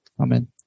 Amen